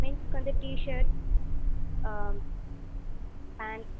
மென்ஸுக்கு வந்து T-shirt pant